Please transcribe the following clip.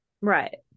right